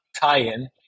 tie-in